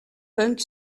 punk